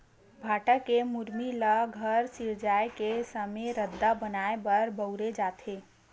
भाठा के मुरमी ल घर सिरजाए के समे रद्दा बनाए म बउरे जाथे